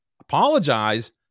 apologize